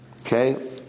Okay